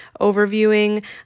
overviewing